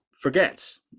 forgets